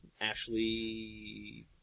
Ashley